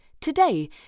today